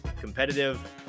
competitive